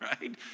Right